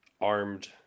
armed